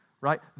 Right